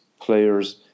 players